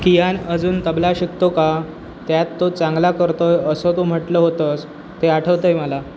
कियान अजून तबला शिकतो का त्यात तो चांगला करतो आहे असं तू म्हटलं होतंस ते आठवत आहे मला